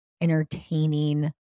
entertaining